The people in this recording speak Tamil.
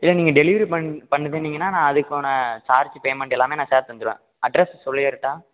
இல்லை நீங்கள் டெலிவரி பண் பண்ண சொன்னீங்கன்னால் நான் அதுக்கான சார்ஜ் பேமெண்ட் எல்லாமே நான் ஷேர் செஞ்சிடுவேன் அட்ரஸ் சொல்லிடட்டா